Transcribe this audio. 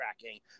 tracking